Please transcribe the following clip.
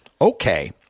Okay